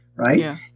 Right